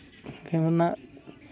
ᱚᱱᱟ